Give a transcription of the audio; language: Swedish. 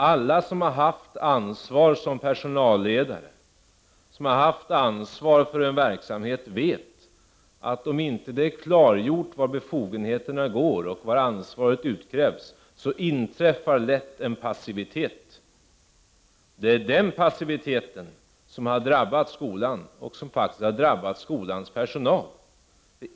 Alla som har haft personalledaransvar, som haft ansvar för en verksamhet, vet att om det inte är klart vem som har befogenheter och av vem ansvaret utkrävs, då inträffar lätt passivitet. Det är den passiviteten som har drabbat skolan och dess personal.